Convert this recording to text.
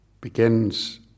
begins